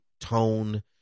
tone